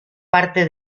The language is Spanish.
parte